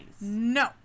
No